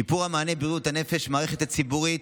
שיפור המענה בבריאות הנפש במערכת הציבורית